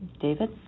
David